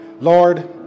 Lord